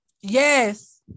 Yes